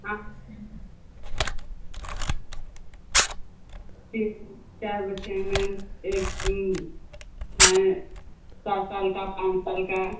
हाँ तीन तीन चार बच्चे हैं मैम एक हैं सात साल का पाँच साल का